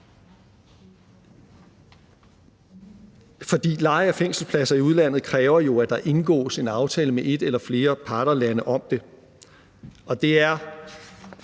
leje af fængselspladserne i udlandet kræver jo, at der indgås en aftale med et eller flere partnerlande om det.